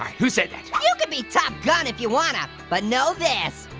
um who said that? you could be top gun if you wanna, but know this,